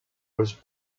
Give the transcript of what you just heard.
was